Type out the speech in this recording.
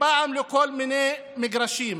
ופעם לכל מיני מגרשים.